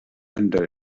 under